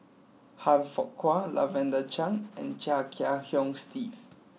Han Fook Kwang Lavender Chang and Chia Kiah Hong Steve